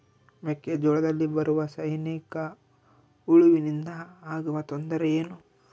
ಮೆಕ್ಕೆಜೋಳದಲ್ಲಿ ಬರುವ ಸೈನಿಕಹುಳುವಿನಿಂದ ಆಗುವ ತೊಂದರೆ ಏನು?